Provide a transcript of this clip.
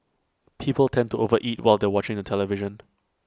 people tend to overeat while they watching the television